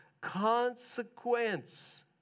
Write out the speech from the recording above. Consequence